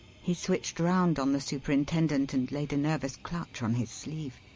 he switched round on the superintendent and laid a nervous clutch on his sleeve.